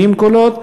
70 קולות,